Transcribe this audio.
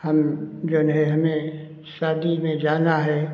हम जऊन है हमें शादी में जाना है